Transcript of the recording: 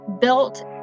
built